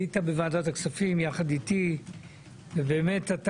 היית בוועדת הכספים יחד איתי ובאמת אתה